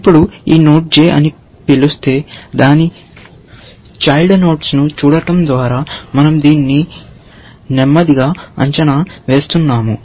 ఇప్పుడు ఈ node j అని పిలుస్తే దాని చైల్డ్ నోడ్స్ ను చూడటం ద్వారా మనం దీన్ని నెమ్మదిగా అంచనా వేస్తున్నాము